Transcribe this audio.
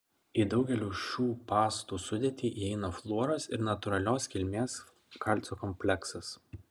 į daugelio šių pastų sudėtį įeina fluoras ir natūralios kilmės kalcio kompleksas